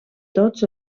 tots